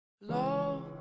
Love